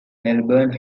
melbourne